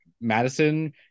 Madison